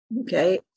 okay